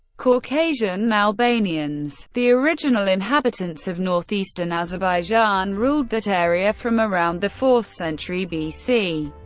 caucasian albanians, the original inhabitants of northeastern azerbaijan, ruled that area from around the fourth century bc,